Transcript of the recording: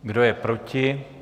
Kdo je proti?